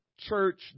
church